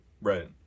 Right